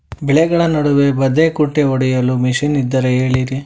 ಬೆಳೆಗಳ ನಡುವೆ ಬದೆಕುಂಟೆ ಹೊಡೆಯಲು ಮಿಷನ್ ಇದ್ದರೆ ಹೇಳಿರಿ